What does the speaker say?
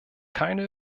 keine